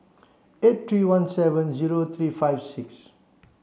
eight three one seven zero three five six